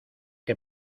que